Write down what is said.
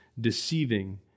deceiving